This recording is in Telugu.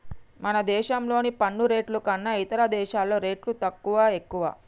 మన దేశంలోని పన్ను రేట్లు కన్నా ఇతర దేశాల్లో రేట్లు తక్కువా, ఎక్కువా